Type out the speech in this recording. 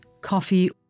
coffee